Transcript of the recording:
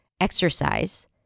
exercise